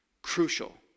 Crucial